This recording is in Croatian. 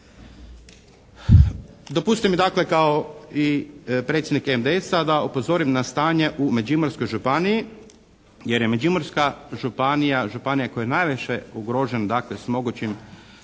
Dopustite mi, dakle, kao i predsjednik MDS-a da upozorim na stanje u Međimurskoj županiji jer je Međimurska županija županija koja je najviše ugrožena, dakle, s mogućim